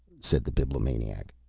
said the bibliomaniac.